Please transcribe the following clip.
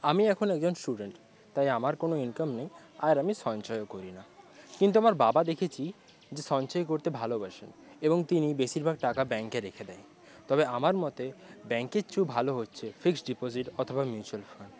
আমি এখন একজন স্টুডেন্ট তাই আমার কোনো ইনকাম নেই আর আমি সঞ্চয়ও করি না কিন্তু আমার বাবা দেখেছি যে সঞ্চয় করতে ভালোবাসেন এবং তিনি বেশিরভাগ টাকা ব্যাংকে রেখে দেয় তবে আমার মতে ব্যাংকের চেয়েও ভালো হচ্ছে ফিক্সড ডিপোজিট অথবা মিউচুয়াল ফান্ড